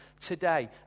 today